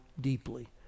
deeply